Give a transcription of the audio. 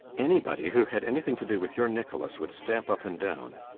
anybody who had anything to do with your nicholas would stamp up and down.